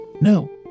No